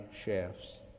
shafts